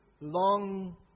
long